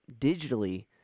digitally